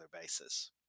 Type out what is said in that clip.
basis